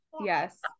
Yes